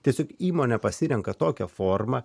tiesiog įmonė pasirenka tokią formą